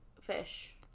fish